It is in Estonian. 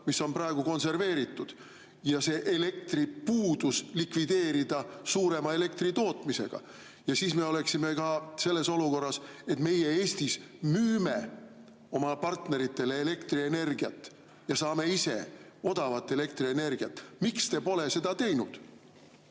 mis on praegu konserveeritud, ja see elektripuudus likvideerida suurema elektritootmisega. Siis me oleksime olukorras, kus meie Eestis müüksime oma partneritele elektrienergiat ja saaksime ise odavat elektrienergiat. Miks te pole seda teinud?